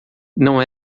não